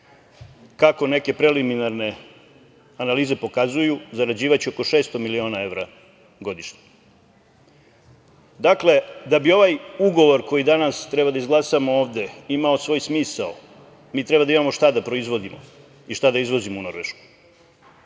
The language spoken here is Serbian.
Kako neke preliminarne analize pokazuju, zarađivaće oko 600 miliona evra godišnje. Dakle, da bi ovaj ugovor koji danas treba da izglasamo ovde imao svoj smisao, mi treba da imamo šta da proizvodimo i šta da izvozimo u Norvešku.